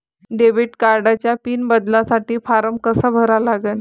Debit कार्डचा PIN बदलासाठी form कसा भरा लागन?